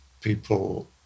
people